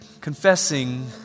confessing